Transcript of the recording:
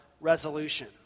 resolution